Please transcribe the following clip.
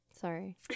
sorry